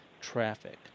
traffic